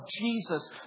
Jesus